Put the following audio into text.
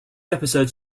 episodes